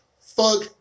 fuck